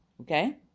Okay